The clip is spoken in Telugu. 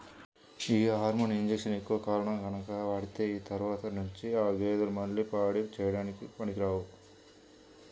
యీ హార్మోన్ ఇంజక్షన్లు ఎక్కువ కాలం గనక వాడితే ఆ తర్వాత నుంచి ఆ గేదెలు మళ్ళీ పాడి చేయడానికి పనికిరావు